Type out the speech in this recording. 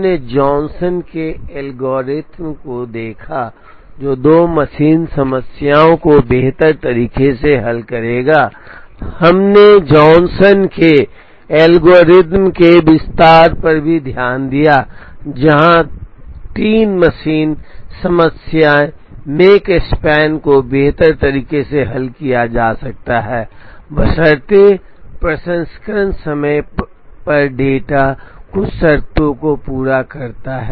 हमने जॉनसन के एल्गोरिथ्म को देखा जो दो मशीन समस्या को बेहतर तरीके से हल करेगा हमने जॉनसन के एल्गोरिथ्म के विस्तार पर भी ध्यान दिया जहां 3machine समस्या मेक स्पैन को बेहतर तरीके से हल किया जा सकता है बशर्ते प्रसंस्करण समय पर डेटा कुछ शर्तों को पूरा करता है